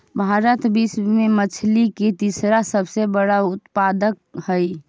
भारत विश्व में मछली के तीसरा सबसे बड़ा उत्पादक हई